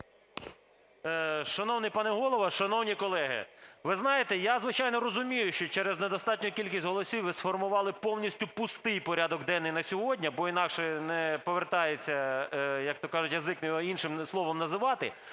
Шановний пане Голово, шановні колеги, ви знаєте, я, звичайно, розумію, що через недостатню кількість голосів ви сформували повністю пустий порядок денний на сьогодні, бо інакше не повертається, як то кажуть, язик не повертається іншим словом називати.